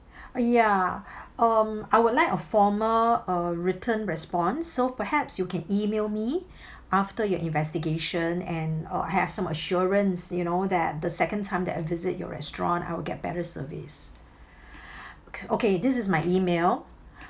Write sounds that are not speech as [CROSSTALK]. ya um I would like a formal uh written response so perhaps you can email me [BREATH] after your investigation and I will have some assurance you know that the second time that I visit your restaurant I will get better service [BREATH] okay this is my email